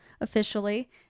officially